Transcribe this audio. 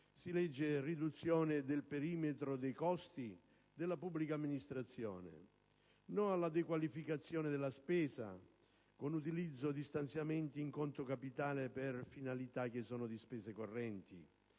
di riduzione del perimetro dei costi della pubblica amministrazione, quindi di un'opposizione alla dequalificazione della spesa con utilizzo di stanziamenti in conto capitale per finalità che sono di spese correnti.